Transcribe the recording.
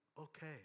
okay